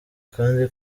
kandi